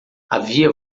havia